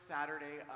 Saturday